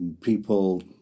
people